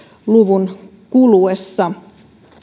luvun kuluessa